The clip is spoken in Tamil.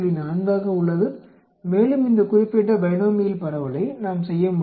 4 ஆக உள்ளது மேலும் இந்த குறிப்பிட்ட பைனோமியல் பரவலை நாம் செய்ய முடியும்